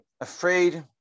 afraid